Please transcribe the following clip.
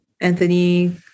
Anthony